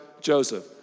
Joseph